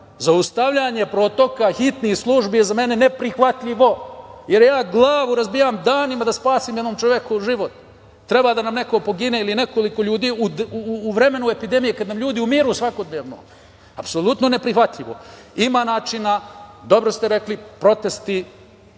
Zaustavljanje protoka hitni služi je za mene neprihvatljivo, jer ja glavu razbijam danima da spasim jednom čoveku život. Treba da nam neko pogine ili nekoliko ljudi u vremenu epidemije kad nam ljudi umiru svakodnevno, apsolutno neprihvatljivo. Ima načina, dobro ste rekli protesti,